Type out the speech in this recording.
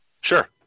Sure